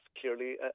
clearly